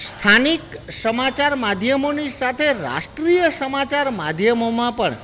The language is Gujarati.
સ્થાનિક સમાચાર માધ્યમોની સાથે રાષ્ટ્રીય સમાચાર માધ્યમોમાં પણ